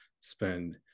spend